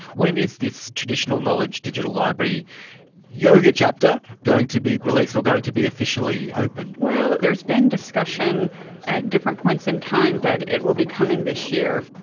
when is this traditional knowledge digital library yoga chapter going to be released or going to be officially opened? well, there has been discussion at different points in time that it will be coming this year.